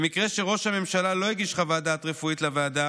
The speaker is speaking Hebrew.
במקרה שראש הממשלה לא הגיש חוות דעת רפואית לוועדה,